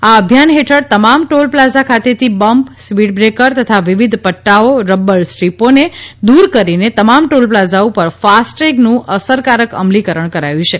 આ અભિયાન હેઠળ તમામ ટોલપ્લાઝા ખાતેથી બમ્પ સ્પીડબ્રેકર તથા વિવિધ પદ્દાઓ રમ્બલ સ્ટ્રીપોને દૂર કરીને તમામ ટોલપ્લાઝા ઉપર ફાસ્ટટેગનું અસરકારક અમલીકરણ કરાયું છે